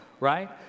Right